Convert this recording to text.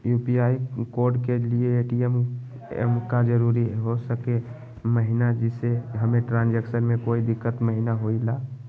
UPI code के लिए ATM का जरूरी हो सके महिना जिससे हमें ट्रांजैक्शन में कोई दिक्कत महिना हुई ला?